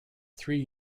three